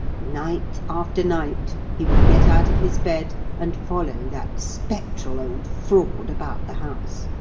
night after night, he would get out of his bed and follow that spectral old fraud about the house.